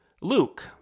Luke